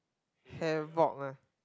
havoc lah